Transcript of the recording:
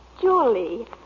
Julie